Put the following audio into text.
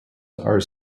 are